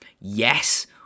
yes